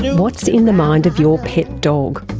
and what's in the mind of your pet dog?